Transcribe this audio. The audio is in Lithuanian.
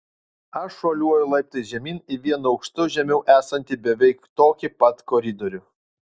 aš šuoliuoju laiptais žemyn į vienu aukštu žemiau esantį beveik tokį pat koridorių